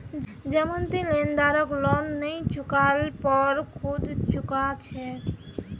जमानती लेनदारक लोन नई चुका ल पर खुद चुका छेक